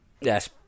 Yes